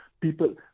people